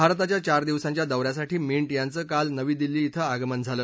भारताच्या चार दिवसांच्या दौऱ्यासाठी मिंट यांचं काल नवी दिल्ली कें आगमन झालं